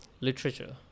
literature